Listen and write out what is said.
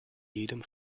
jedem